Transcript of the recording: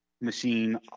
machine